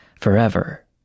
forever